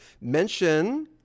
Mention